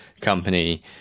company